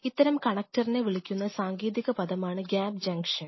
ഇത്തരം കണക്ടർനെ വിളിക്കുന്ന സാങ്കേതിക പദമാണ് ഗ്യാപ് ജംഗ്ഷൻ